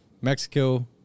Mexico